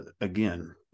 again